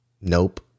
Nope